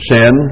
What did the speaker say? Sin